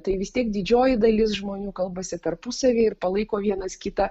tai vis tiek didžioji dalis žmonių kalbasi tarpusavy ir palaiko vienas kitą